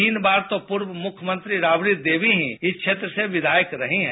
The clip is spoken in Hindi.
तीन बार तो पूर्व मुख्यमंत्री राबडी देवी ही इस क्षेत्र से विधायक रही हैं